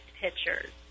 pictures